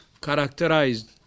characterized